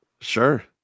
Sure